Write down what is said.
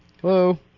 Hello